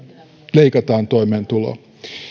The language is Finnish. leikataan toimeentuloa